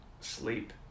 sleep